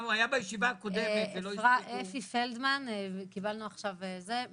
הוא היה בישיבה הקודמת ולא הספקנו -- אפי פלדמן מעוניין לעלות בזום,